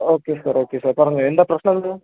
okay sir okay sir പറഞ്ഞോളൂ എന്താണ് പ്രശ്നം എന്താണ്